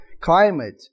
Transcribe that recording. climate